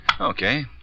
Okay